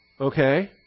Okay